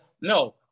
No